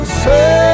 say